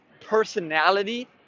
personality